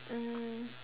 mm